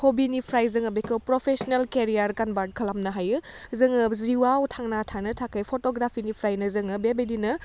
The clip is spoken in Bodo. हबिनिफ्राय जोङो बेखौ प्रफेशनेल केरियार कनभार्ट खालामनो हायो जोङो जिवाव थांना थानो थाखै फट'ग्राफिनिफ्रायनो जोङो बेबायदिनो